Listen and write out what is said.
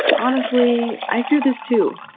honestly, i fear this, too.